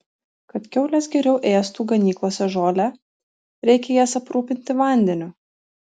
kad kiaulės geriau ėstų ganyklose žolę reikia jas aprūpinti vandeniu